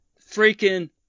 freaking